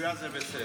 הזויה זה בסדר.